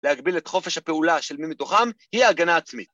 להגביל את חופש הפעולה של מי מתוכם, היא ההגנה עצמית.